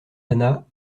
anna